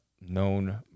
known